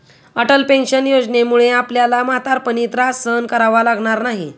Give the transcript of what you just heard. Atal pension योजनेमुळे आपल्याला म्हातारपणी त्रास सहन करावा लागणार नाही